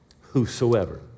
Whosoever